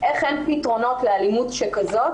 איך אין פתרונות לאלימות שכזו,